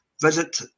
visit